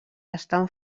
estan